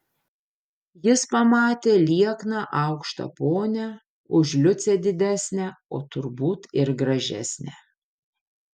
jis pamatė liekną aukštą ponią už liucę didesnę o turbūt ir gražesnę